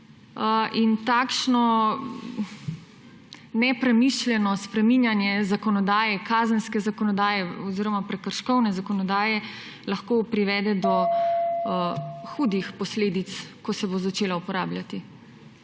Takšno nepremišljeno spreminjanje zakonodaje, kazenske zakonodaje oziroma prekrškovne zakonodaje lahko privede do hudih posledic, ko se bo začela uporabljati.